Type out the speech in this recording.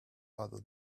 other